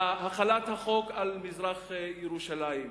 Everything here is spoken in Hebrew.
להחלת החוק על מזרח-ירושלים,